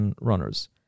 runners